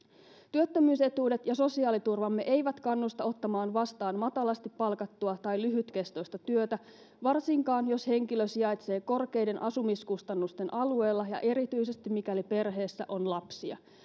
työttömyysetuudet ja sosiaaliturvamme eivät kannusta ottamaan vastaan matalasti palkattua tai lyhytkestoista työtä varsinkaan jos henkilö sijaitsee korkeiden asumiskustannusten alueella ja erityisesti mikäli perheessä on lapsia